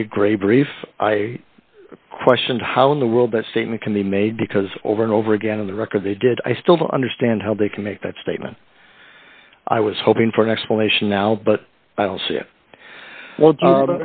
if i questioned how in the world that statement can be made because over and over again on the record they did i still don't understand how they can make that statement i was hoping for an explanation now but